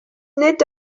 nid